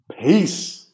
Peace